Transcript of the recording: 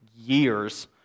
years